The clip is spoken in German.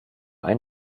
einen